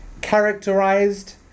characterized